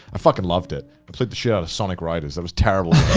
i fucking loved it, i played the shit out of sonic riders. that was terrible